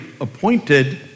appointed